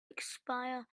expire